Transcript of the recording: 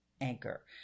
Anchor